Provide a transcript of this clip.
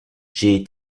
j’ai